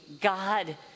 God